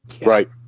right